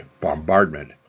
bombardment